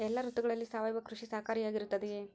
ಎಲ್ಲ ಋತುಗಳಲ್ಲಿ ಸಾವಯವ ಕೃಷಿ ಸಹಕಾರಿಯಾಗಿರುತ್ತದೆಯೇ?